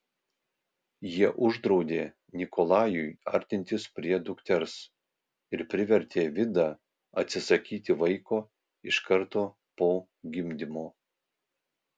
jie uždraudė nikolajui artintis prie dukters ir privertė vidą atsisakyti vaiko iš karto po gimdymo